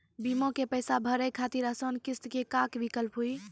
बीमा के पैसा भरे खातिर आसान किस्त के का विकल्प हुई?